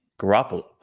Garoppolo